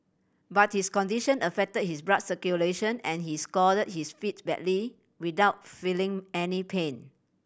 but his condition affected his blood circulation and he scalded his feet badly without feeling any pain